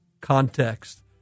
context